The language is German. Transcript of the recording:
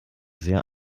sehr